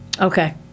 Okay